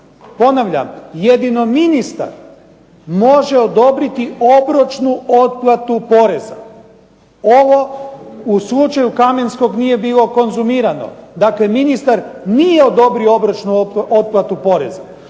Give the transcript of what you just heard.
ponavljam jedino ministar može odobriti obročnu otplatu poreza. Ovo u slučaju Kamenskog nije bilo konzumirano, dakle ministar nije odobrio obročnu otplatu poreza.